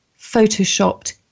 photoshopped